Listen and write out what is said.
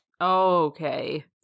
Okay